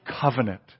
covenant